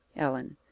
ellen.